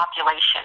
population